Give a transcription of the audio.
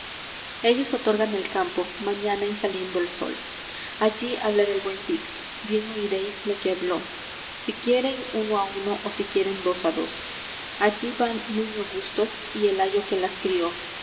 ellos otorgan el campo mañana en saliendo el sol allí hablara el buen cid bien oiréis lo que habló si quieren uno á uno ó si quieren dos á dos allá va nuño gustos y el ayo que las crió